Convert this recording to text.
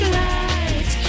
light